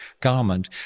garment